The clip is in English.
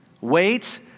Wait